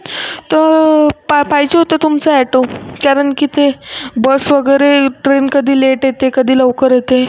तर पाहिजे होतं तुमचं अॅटो कारण की ते बस वगैरे ट्रेन कधी लेट येते कधी लवकर येते